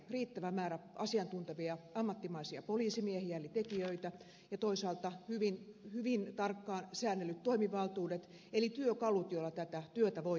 riittävä määrä asiantuntevia ammattimaisia poliisimiehiä eli tekijöitä ja toisaalta hyvin tarkkaan säännellyt toimivaltuudet eli työkalut joilla tätä työtä voidaan tehdä